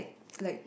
like